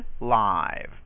live